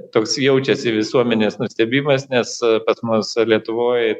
toks jaučiasi visuomenės nustebimas nes pas mus lietuvoj